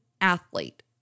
athlete